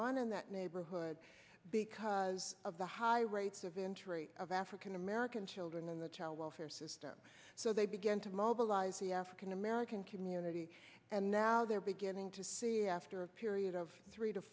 on in that neighborhood because of the high rates of interest of african american children in the child welfare system so they began to mobilize the african american community and now they're beginning to see after a period of three to